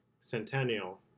Centennial